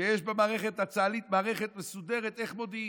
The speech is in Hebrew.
כשיש במערכת הצה"לית מערכת מסודרת איך מודיעים.